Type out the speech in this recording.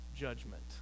judgment